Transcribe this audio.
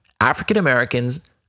African-Americans